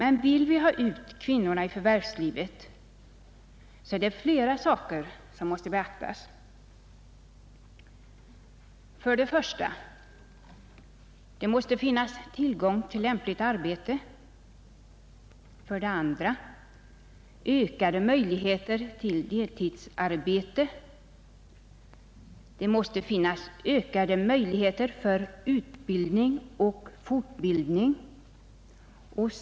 Om vi vill ha ut kvinnorna i förvärvslivet, är det emellertid flera krav som måste beaktas. Det måste först och främst finnas tillgång till lämpligt arbete och vidare ökade möjligheter till deltidsarbete. Det måste även bli ökade möjligheter till utbildning och fortbildning.